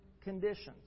conditions